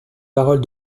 parole